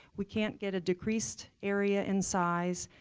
we can't get a decreased area in size.